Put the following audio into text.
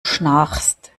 schnarchst